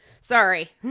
Sorry